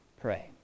pray